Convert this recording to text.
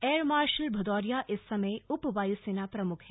air marshal Bhadauria इस समय उप वायुसेना प्रमुख हैं